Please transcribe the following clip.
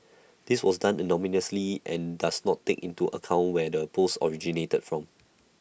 this was done anonymously and does not take into account where the post originated from